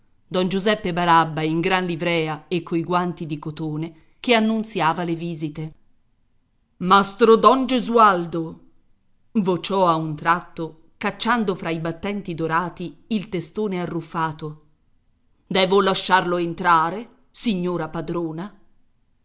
don giuseppe barabba in gran livrea e coi guanti di cotone che annunziava le visite mastro don gesualdo vociò a un tratto cacciando fra i battenti dorati il testone arruffato devo lasciarlo entrare signora padrona